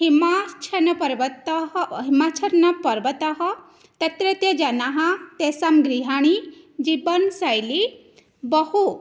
हिमाचलपर्वतः व हिमाचलपर्वतः तत्रत्य जनाः तेषां गृहाणि जीवन शैली बहु